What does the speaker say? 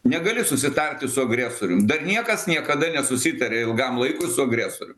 negali susitarti su agresorium dar niekas niekada nesusitarė ilgam laikui su agresorium